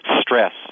stress